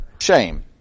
shame